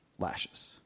Lashes